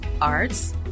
arts